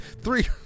Three